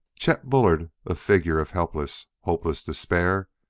chet bullard, a figure of helpless, hopeless despair,